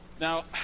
Now